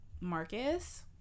Marcus